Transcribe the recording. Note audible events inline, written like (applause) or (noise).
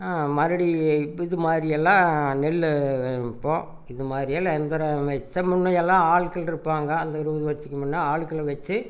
மறுபடி இது மாதிரி எல்லாம் நெல் வைப்போம் இது மாதிரி எல்லாம் எந்திரம் (unintelligible) முன்னே எல்லாம் ஆட்கள் இருப்பாங்க அங்கே இருபது வருஷத்துக்கு முன்னே ஆட்கள வச்சு